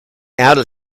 outed